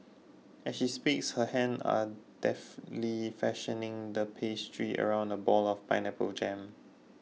as she speaks her hand are deftly fashioning the pastry around a ball of pineapple jam